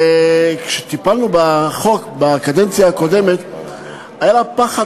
כשטיפלנו בחוק בקדנציה הקודמת היה פחד